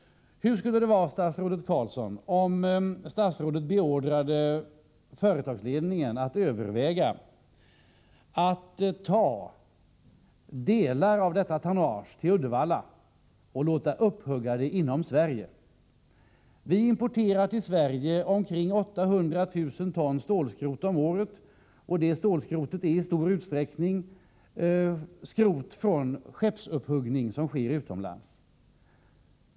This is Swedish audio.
Hur skulle det vara, statsrådet Carlsson, om statsrådet beordrade företagsledningen att överväga att ta delar av detta tonnage till Uddevalla och låta upphugga det inom Sverige. Vi importerar till Sverige omkring 800 000 ton stålskrot om året, och det stålskrotet är i stor utsträckning skrot från skeppsupphuggningar som sker utomlands.